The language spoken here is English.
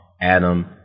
Adam